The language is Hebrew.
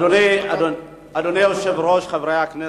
אדוני היושב-ראש, חברי הכנסת,